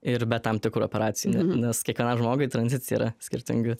ir be tam tikrų operacijų ne nes kiekvienam žmogui tranzicija yra skirtingi